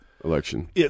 election